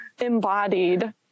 embodied